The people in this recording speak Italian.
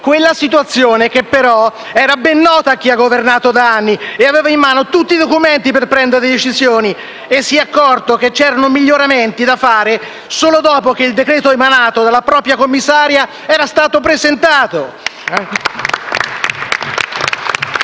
quella situazione che però era ben nota a chi ha governato da anni e aveva in mano tutti i documenti necessari a prendere le decisioni e si è accorto che c'erano miglioramenti da fare solo dopo che il decreto emanato dalla propria commissaria era stato presentato.